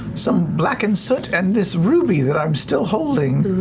some blackened soot, and this ruby that i'm still holding.